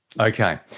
Okay